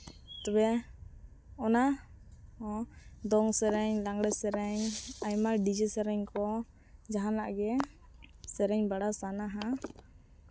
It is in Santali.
ᱛᱚᱵᱮ ᱚᱱᱟᱦᱚᱸ ᱫᱚᱝ ᱥᱮᱨᱮᱧ ᱞᱟᱜᱽᱬᱮ ᱥᱮᱨᱮᱧ ᱟᱭᱢᱟ ᱰᱤᱡᱮ ᱥᱮᱨᱮᱧ ᱠᱚ ᱡᱟᱦᱟᱱᱟᱜ ᱜᱮ ᱥᱮᱨᱮᱧ ᱵᱟᱲᱟ ᱥᱟᱱᱟᱣᱟ